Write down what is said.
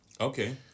Okay